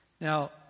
Now